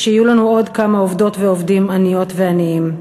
שיהיו לנו עוד כמה עובדות ועובדים עניות ועניים.